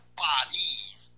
bodies